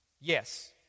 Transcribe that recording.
Yes